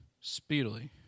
speedily